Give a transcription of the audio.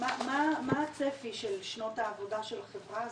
מה הצפי של שנות העבודה של החברה הזאת?